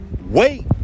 Wait